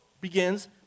begins